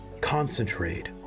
concentrate